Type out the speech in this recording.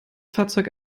fahrzeug